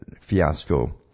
fiasco